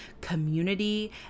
community